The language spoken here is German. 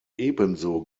ebenso